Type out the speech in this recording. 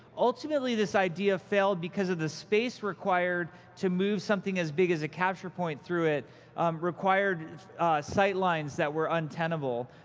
ultimately, this idea failed because of the space required to move something as big as a capture point through it. it required sightlines that were untenable.